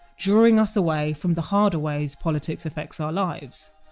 drawing us away from the harder ways politics affects our lives